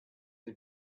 you